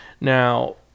Now